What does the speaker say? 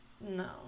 No